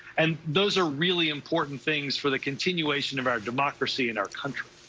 and those are really important things for the continuation of our democracy and our country.